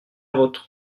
vôtre